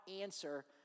answer